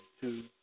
two